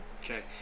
okay